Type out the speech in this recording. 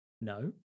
no